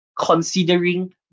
considering